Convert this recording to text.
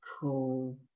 Cool